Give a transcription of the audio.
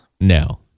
No